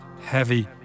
heavy